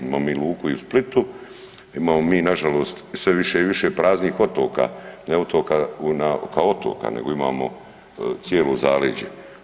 Imamo mi luku i u Splitu, imamo mi nažalost sve više i više praznih otoka, ne otoka kao otoka, nego imamo cijelo zaleđe.